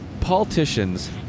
politicians